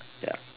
ya